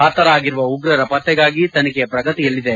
ಹತರಾಗಿರುವ ಉಗ್ರರ ಪತ್ತೆಗಾಗಿ ತನಿಖೆ ಪ್ರಗತಿಯಲ್ಲಿದೆ